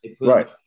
right